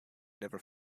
never